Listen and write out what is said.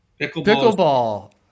Pickleball